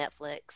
netflix